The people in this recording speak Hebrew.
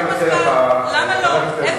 מציעה להפריט את סיירת מטכ"ל.